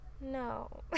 no